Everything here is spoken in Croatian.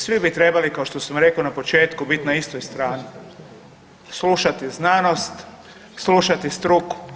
Svi bi trebali, kao što sam rekao na početku biti na istoj strani, slušati znanost, slušati struku.